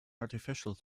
artificial